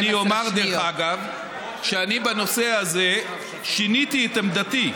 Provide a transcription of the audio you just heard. אני אומר, דרך אגב, שבנושא הזה שיניתי את עמדתי.